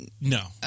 no